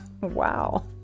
Wow